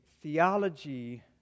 theology